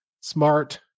smart